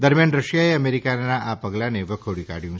દરમિયાન રશિયાએ અમેરિકાના આ પગલાંને વખોડી કાઢ્યું છે